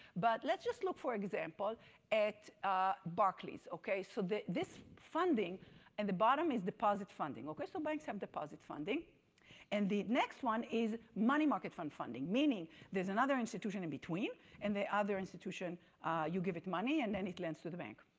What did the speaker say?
but let's just look for example at barclay's, okay. so this funding in and the bottom is deposit funding okay, so banks have deposit funding and the next one is money market fund funding, meaning there's another institution in between and the other institution you give it money and and it lends to the bank,